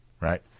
Right